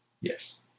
Yes